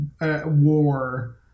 war